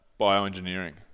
bioengineering